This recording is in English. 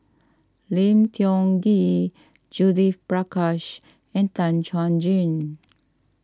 Lim Tiong Ghee Judith Prakash and Tan Chuan Jin